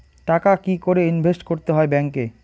টাকা কি করে ইনভেস্ট করতে হয় ব্যাংক এ?